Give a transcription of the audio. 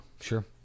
sure